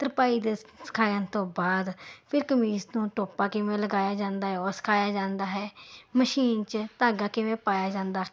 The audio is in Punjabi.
ਤਰਪਾਈ ਦੇ ਸਿਖਾਉਣ ਤੋਂ ਬਾਅਦ ਫਿਰ ਕਮੀਜ਼ ਤੋਂ ਤੋਪਾ ਕਿਵੇਂ ਲਗਾਇਆ ਜਾਂਦਾ ਉਹ ਸਿਖਾਇਆ ਜਾਂਦਾ ਹੈ ਮਸ਼ੀਨ 'ਚ ਧਾਗਾ ਕਿਵੇਂ ਪਾਇਆ ਜਾਂਦਾ